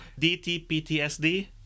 DTPTSD